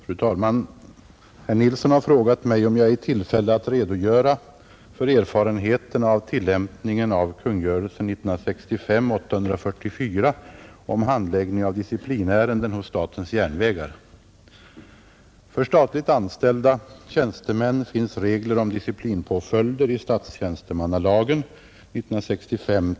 Fru talman! Herr Nilsson i Östersund har frågat mig om jag är i tillfälle att redogöra för erfarenheterna av tillämpningen av kungörelsen om handläggning av disciplinärenden hos statens järnvägar. För statligt anställda tjänstemän finns regler om disciplinpåföljder i statstjänstemannalagen .